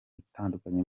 itandukanye